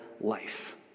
life